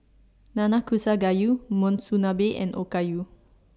Nanakusa Gayu Monsunabe and Okayu